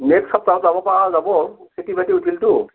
next সপ্তাহত যাব পৰা যাব খেতি বাতি উঠিলতো